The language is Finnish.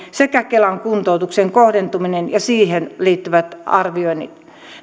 sekä kelan kuntoutuksen kohdentuminen ja siihen liittyvät arvioinnit